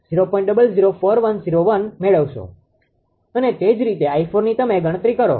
004101 મેળવશો અને તે જ રીતે 𝑖4ની તમે ગણતરી કરો